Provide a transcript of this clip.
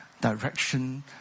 direction